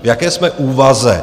V jaké jsme úvaze?